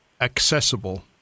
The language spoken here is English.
accessible